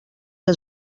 que